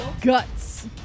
Guts